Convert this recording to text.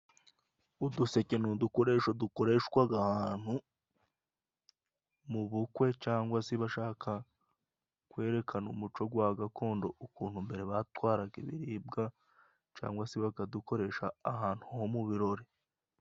Uduseke ni udukoresho dukoreshwaga ahantu mu bukwe. Cyangwa se bashaka kwerekana umuco gwa gakondo, ukuntu mbere batwaraga ibiribwa, cangwa se bakadukoresha ahantu ho mu birori.